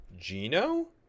Gino